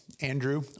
Andrew